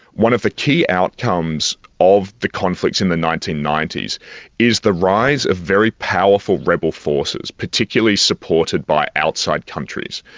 one of the key outcomes of the conflicts in the nineteen ninety s is the rise of very powerful rebel forces, particularly supported by outside countries.